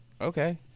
Okay